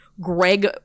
greg